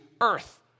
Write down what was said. earth